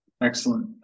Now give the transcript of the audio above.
excellent